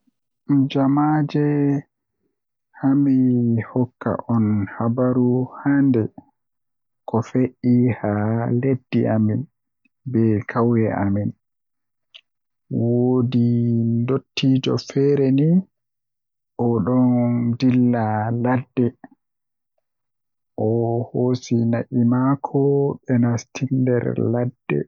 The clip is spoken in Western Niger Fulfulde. Jamaje hani hokka on habaru Hande ko fe'e haa wuro amin, Woodi ndottiijo feere haa kaywe oɗɗon nasta ladde. Ohoosi na'e makko ɓe nasti nder ladde.